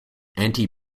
anti